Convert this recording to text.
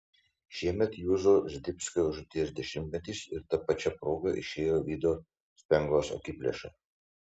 šiemet juozo zdebskio žūties dešimtmetis ir ta pačia proga išėjo vido spenglos akiplėša